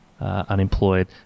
unemployed